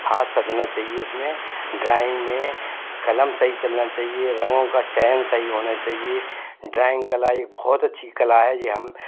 हाथ सधना चाहिए इसमें डराइंग में कलम सही चलना चाहिए रंगों का चयन सही होना चाहिए डराइंग कला ये बहुत अच्छी कला है ये हम